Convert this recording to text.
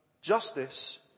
justice